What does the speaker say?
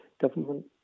government